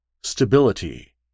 Stability